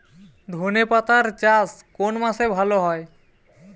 ধনেপাতার চাষ কোন মাসে ভালো হয়?